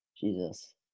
Jesus